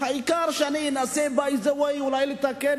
העיקר שאני אנסה by the way אולי לתקן